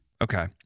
okay